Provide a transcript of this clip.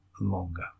longer